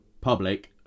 public